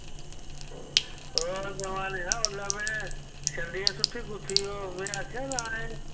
ओह् समां उसले में छंडियै सुट्टी गुत्थी ओह् तुसें गै आखेआ ला ऐ